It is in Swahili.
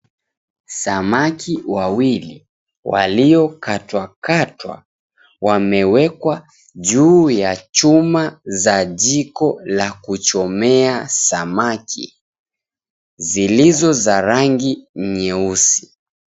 𝑆amaki wawili, waliokatwakatwa, wamewekwa juu ya chuma za jiko la kuchomea samaki, zilizo za rangi nyeusi.